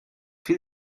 viel